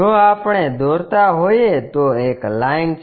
જો આપણે દોરતા હોઈએ તો એક લાઈન છે